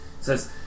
says